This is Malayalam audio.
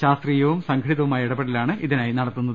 ശാസ്ത്രീയവും സംഘടിതവുമായ ഇടപെടലാണ് ഇതി നായി നടത്തുന്നത്